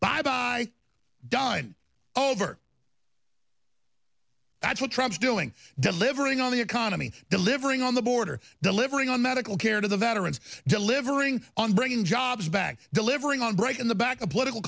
by by done over that's a trance doing delivering on the economy delivering on the border delivering on medical care to the veterans delivering on bringing jobs back delivering on break in the back of political